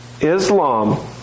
Islam